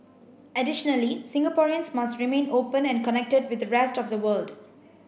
additionally Singaporeans must remain open and connected with the rest of the world